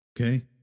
Okay